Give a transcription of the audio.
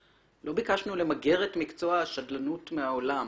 לא ביקשנו למגר את מקצוע השדלנות מהעולם.